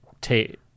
take